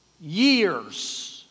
Years